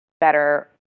better